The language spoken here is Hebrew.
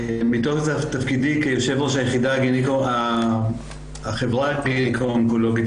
מתוקף תפקידי כיושב ראש החברה הגניקו-אונקולוגית